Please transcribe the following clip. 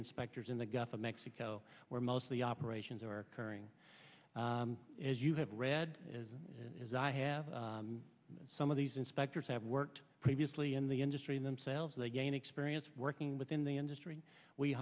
inspectors in the gulf of mexico where most of the operations are occurring as you have read as i have some of these inspectors have worked previously in the industry themselves they gain experience working within the industry we